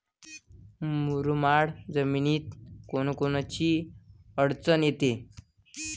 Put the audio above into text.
मुरमाड जमीनीत कोनकोनची अडचन येते?